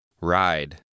Ride